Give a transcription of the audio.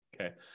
Okay